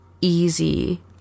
easy